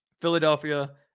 Philadelphia